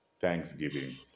Thanksgiving